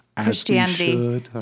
Christianity